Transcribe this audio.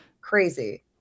Crazy